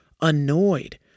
annoyed